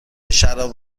شراب